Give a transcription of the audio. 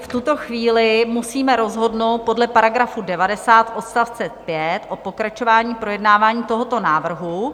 V tuto chvíli musíme rozhodnout podle § 90 odst. 5 o pokračování projednávání tohoto návrhu.